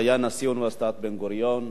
שהיה נשיא אוניברסיטת בן-גוריון.